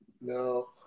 No